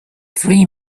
three